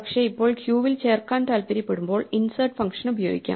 പക്ഷേ ഇപ്പോൾ ക്യുവിൽ ചേർക്കാൻ താൽപ്പര്യപ്പെടുമ്പോൾ ഇൻസെർട്ട് ഫങ്ഷൻ ഉപയോഗിക്കാം